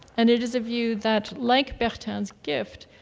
and it is a view that, like bertin's gift,